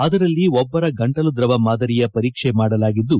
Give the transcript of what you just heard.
ಅದರಲ್ಲಿ ಒಬ್ಬರ ಗಂಟಲು ದ್ರವ ಮಾದರಿಯ ಪರೀಕ್ಷೆ ಮಾಡಲಾಗಿದ್ದು